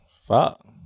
Fuck